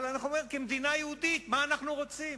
אבל אני אומר: כמדינה יהודית, מה אנחנו רוצים?